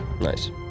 Nice